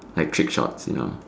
like click shots you know